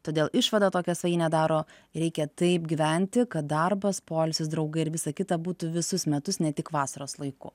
todėl išvada tokią svajinė daro reikia taip gyventi kad darbas poilsis draugai ir visa kita būtų visus metus ne tik va vasaros laiku